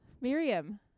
Miriam